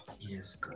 Yes